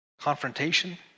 Confrontation